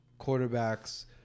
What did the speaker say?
quarterbacks